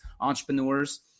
entrepreneurs